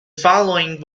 following